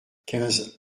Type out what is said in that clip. quinze